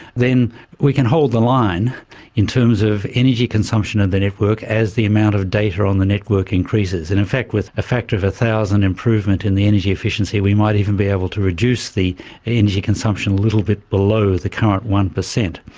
then we can hold the line in terms of energy consumption of the network as the amount of data on the network increases. and in fact with a factor of one thousand improvement in the energy efficiency we might even be able to reduce the energy consumption little bit below the current one percent.